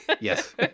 Yes